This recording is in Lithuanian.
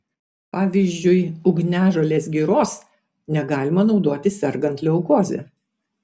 pavyzdžiui ugniažolės giros negalima naudoti sergant leukoze